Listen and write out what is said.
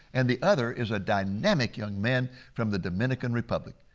and the other is a dynamic young man from the dominican republic.